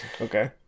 Okay